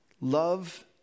love